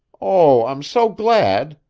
oh, i'm so glad,